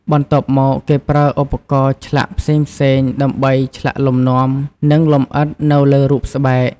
បន្ទាប់មក គេប្រើឧបករណ៍ឆ្លាក់ផ្សេងៗដើម្បីឆ្លាក់លំនាំ និងលម្អិតនៅលើរូបស្បែក។